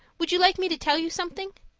would you like me to tell you something?